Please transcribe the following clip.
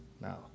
now